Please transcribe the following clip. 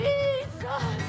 Jesus